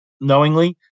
knowingly